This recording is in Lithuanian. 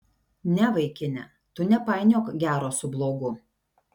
ne vaikine tu nepainiok gero su blogu